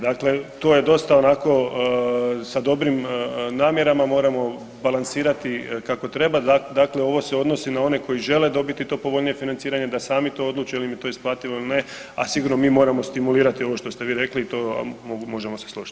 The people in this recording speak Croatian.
Dakle, to je dosta onako sa dobrim namjerama, moramo balansirati kako treba, dakle ovo se odnosi na one koji žele dobiti to povoljnije financiranje, da sami to odluče jel im je to isplativo ili ne, a sigurno mi moramo stimulirati ovo što ste vi rekli i to možemo se složiti.